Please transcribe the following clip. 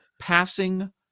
passing